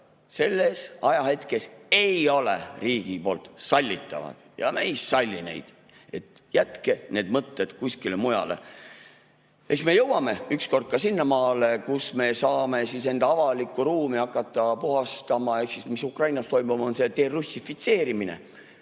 sellel ajahetkel ei ole riigi poolt sallitavad ja me ei salli neid, jätke need mõtted kuskile mujale. Eks me jõuame ükskord ka sinnamaale, kus me saame enda avalikku ruumi hakata puhastama. See, mis Ukrainas toimub, derussifitseerimine